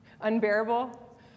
unbearable